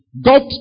God